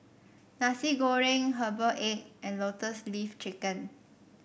Nasi Goreng Herbal Egg and Lotus Leaf Chicken